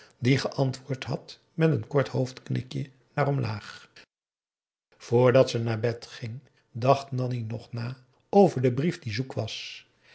die geantwoord had met een kort hoofdknikje naar omlaag voordat ze naar bed ging dacht nanni nog na over den brief die zoek was